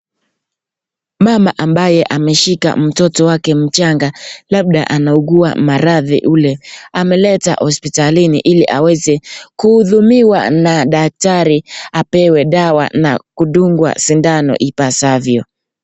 Mama ambaye ameshika mtoto wake mchanga labda anaugua maradhi ule ameleta hospitalini ili aweze kuhudumiwa na daktari apewe dawa na kudungwa sindano. ipasavyo.